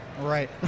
right